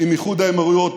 עם איחוד האמירויות,